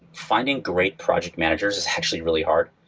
finding great project managers is actually really hard.